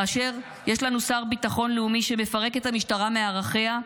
כאשר יש לנו שר לביטחון לאומי שמפרק את המשטרה מערכיה,